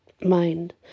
mind